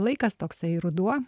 laikas toksai ruduo